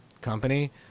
company